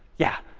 yeah.